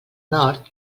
nord